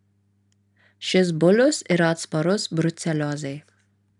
šis bulius yra atsparus bruceliozei